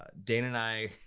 ah dana and i.